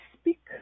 speak